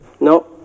No